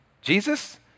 Jesus